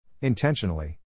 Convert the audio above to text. Intentionally